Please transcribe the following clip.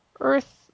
Earth